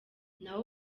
naho